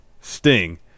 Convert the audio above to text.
Sting